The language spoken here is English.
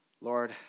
lord